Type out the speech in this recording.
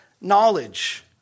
knowledge